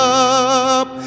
up